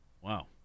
Wow